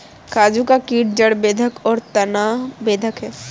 काजू का कीट जड़ बेधक और तना बेधक है